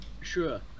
Sure